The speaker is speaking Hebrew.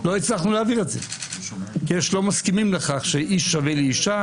לא הצלחנו להעביר את זה כי יש מי שלא מסכימים לכך שאיש שווה לאישה,